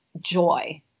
joy